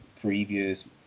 previous